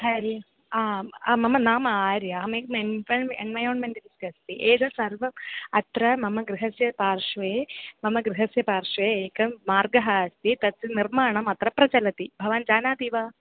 हरि मम नाम आर्या अहम् एक् एन्वयन्मेण्ट् अस्ति एतत् सर्वम् अत्र मम गृहस्य पार्श्वे मम गृहस्य पार्श्वे एकं मार्गः अस्ति तत् निर्माणम् अत्र प्रचलति भवान् जानाति वा